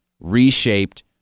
reshaped